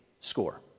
score